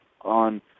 on